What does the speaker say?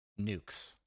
nukes